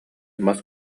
мас